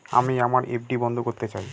আমি আমার এফ.ডি বন্ধ করতে চাই